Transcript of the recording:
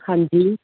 ਹਾਂਜੀ